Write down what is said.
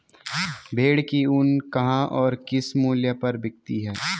भेड़ की ऊन कहाँ और किस मूल्य पर बिकती है?